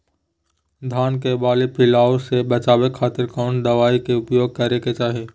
धान के बाली पिल्लूआन से बचावे खातिर कौन दवाई के उपयोग करे के चाही?